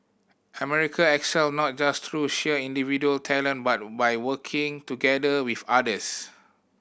America excel not just through sheer individual talent but by working together with others